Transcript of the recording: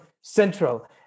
central